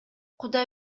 кудай